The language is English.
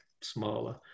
smaller